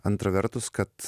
antra vertus kad